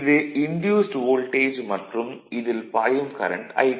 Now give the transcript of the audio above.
இது induced voltage மற்றும் இதில் பாயும் கரண்ட் I2